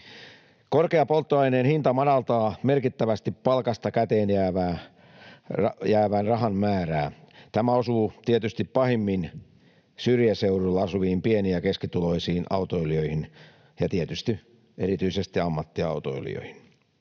Korkea polttoaineen hinta madaltaa merkittävästi palkasta käteen jäävän rahan määrää. Tämä osuu tietysti pahimmin syrjäseuduilla asuviin pieni- ja keskituloisiin autoilijoihin ja tietysti erityisesti ammattiautoilijoihin.